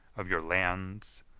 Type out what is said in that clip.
of your lands,